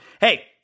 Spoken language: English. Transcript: Hey